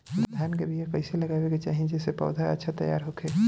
धान के बीया कइसे लगावे के चाही जेसे पौधा अच्छा तैयार होखे?